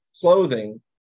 clothing